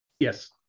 Yes